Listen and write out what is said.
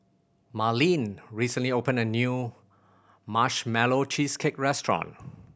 Merlene recently opened a new Marshmallow Cheesecake restaurant